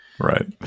Right